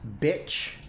bitch